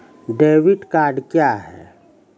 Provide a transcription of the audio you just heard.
Debit card क्या हैं?